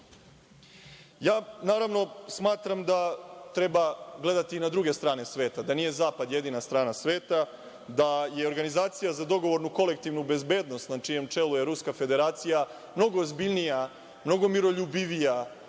činite. Naravno, smatram da treba gledati i na druge strane sveta, da nije zapad jedina strana sveta, da je organizacija za dogovornu kolektivnu bezbednost, na čijem čelu je Ruska Federacija, mnogo ozbiljnija, mnogo miroljubivija